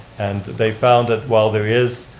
and they found that while there is,